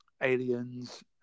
aliens